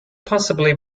possibly